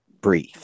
breathe